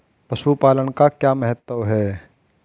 पशुपालन का क्या महत्व है?